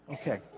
Okay